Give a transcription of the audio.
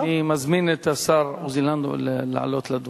אני מזמין את השר עוזי לנדאו לעלות לדוכן.